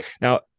Now